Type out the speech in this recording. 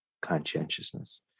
conscientiousness